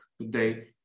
today